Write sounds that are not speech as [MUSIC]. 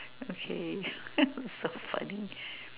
okay [LAUGHS] so funny